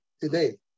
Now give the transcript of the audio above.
today